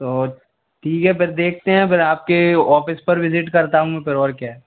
तो ठीक है फ़िर देखते हैं फ़िर आपके ऑफिस पर विजिट करता हूँ मैं फ़िर और क्या है